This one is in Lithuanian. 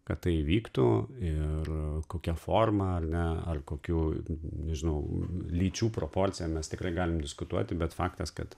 kad tai įvyktų ir kokia forma ar ne ar kokių nežinau lyčių proporcija mes tikrai galim diskutuoti bet faktas kad